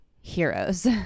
heroes